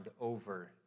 over